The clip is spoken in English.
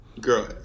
Girl